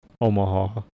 Omaha